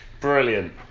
Brilliant